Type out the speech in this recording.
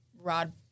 rod